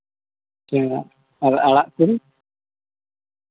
ᱦᱮᱸ ᱟᱨ ᱟᱲᱟᱜ ᱠᱚ